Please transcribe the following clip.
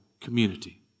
community